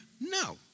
No